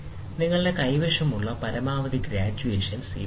നിങ്ങളുടെ കൈവശമുള്ള പരമാവധി ഗ്രാജുവേഷൻസ് ഇതാണ്